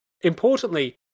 Importantly